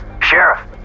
Sheriff